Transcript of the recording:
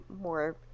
more